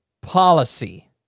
policy